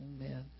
Amen